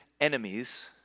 enemies